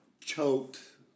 choked